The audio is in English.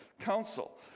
council